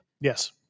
Yes